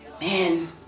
man